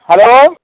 hello